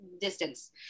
distance